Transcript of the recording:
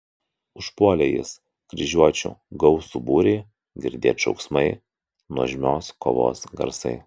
užpuolė jis kryžiuočių gausų būrį girdėt šauksmai nuožmios kovos garsai